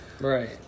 Right